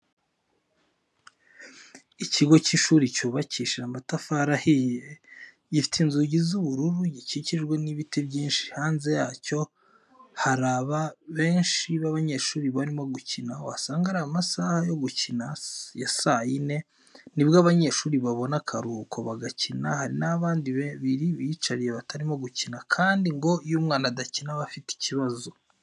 Ikigo cy'ishuri cyubakishije amatafari ahiye gifite inzugi z'ubururu gikikijwe nibiti byinshi hanze yacyo haraba benshi babanyeshuri barimo gukina wasanga ari amasaha yo gukina ya saa yine nibwo abanyeshuri babona akaruhuko bagakina hari abandi babiri biyicariye batarimo gukina kandi ngo iyo umwana adakina aba afite ikibazo.